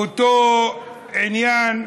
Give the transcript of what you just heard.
באותו עניין,